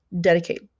dedicate